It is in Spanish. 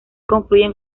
confluyen